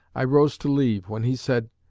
i rose to leave, when he said,